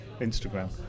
Instagram